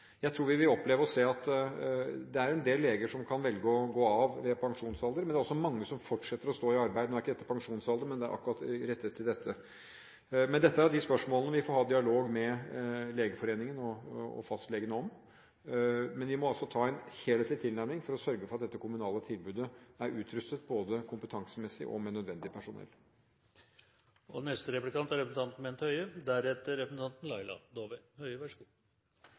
Jeg tror vi vil oppleve at det er en del leger som velger å gå av ved pensjonsalder, men det er også mange som fortsetter å stå i arbeid. Nå er ikke dette pensjonsalder, men det er rettet akkurat mot legevaktsordningen. Dette er spørsmål vi må ha dialog med Legeforeningen og fastlegene om. Men vi må ta en helhetlig tilnærming for å sørge for at dette kommunale tilbudet er utrustet både kompetansemessig og med nødvendig personell. Med bakgrunn i at denne forskriften ikke er